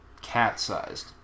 cat-sized